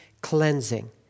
cleansing